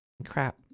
Crap